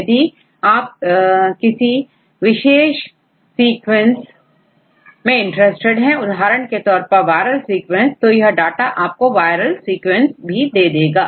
यदि आप किसी विशेष सीक्वेंस में इंटरेस्टेड हैं उदाहरण के तौर पर वायरल सीक्वेंस तो यह डाटा आपको वायरस सीक्वेंसेस दे देगा